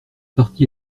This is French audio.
partie